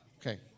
Okay